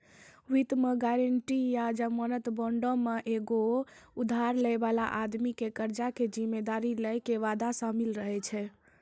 वित्त मे गायरंटी या जमानत बांडो मे एगो उधार लै बाला आदमी के कर्जा के जिम्मेदारी लै के वादा शामिल रहै छै